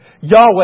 Yahweh